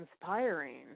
inspiring